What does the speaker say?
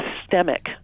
systemic